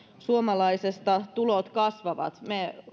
suomalaisista tulot kasvavat